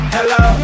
Hello